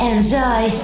Enjoy